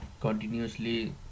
continuously